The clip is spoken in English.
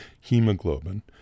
hemoglobin